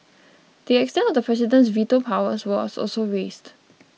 the extent of the president's veto powers was also raised